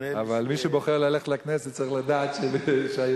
אבל מי שבוחר ללכת לכנסת צריך לדעת שהיושב-ראש,